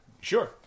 Sure